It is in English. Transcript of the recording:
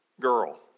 girl